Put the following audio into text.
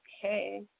Okay